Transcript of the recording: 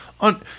on